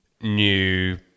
new